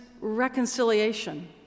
reconciliation